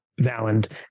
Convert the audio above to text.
Valand